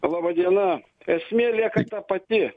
laba diena esmė lieka ta pati